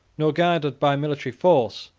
nor guarded by military force,